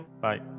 Bye